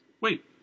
Wait